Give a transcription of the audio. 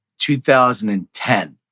2010